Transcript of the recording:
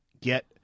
get